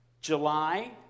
July